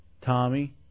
Tommy